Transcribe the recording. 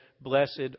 blessed